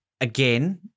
again